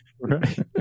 Right